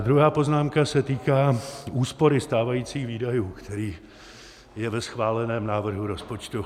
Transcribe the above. Druhá poznámka se týká úspory stávajících výdajů, který je ve schváleném návrhu rozpočtu.